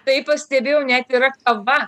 tai pastebėjau net yra kava